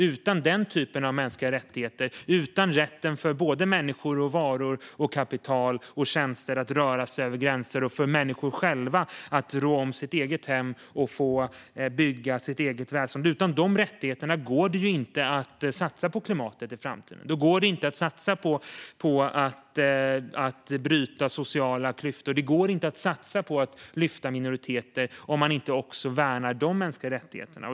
Utan den typen av mänskliga rättigheter, utan rätten för människor, varor, kapital och tjänster att röra sig över gränser, för människor att rå om sitt eget hem, utan de rättigheterna går det inte att satsa på klimatet i framtiden. Då går det inte att satsa på att bryta sociala klyftor och lyfta fram minoriteter om man inte också värnar de mänskliga rättigheterna.